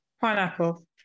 Pineapple